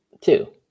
Two